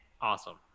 awesome